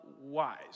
wise